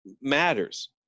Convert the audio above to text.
matters